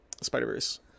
spider-verse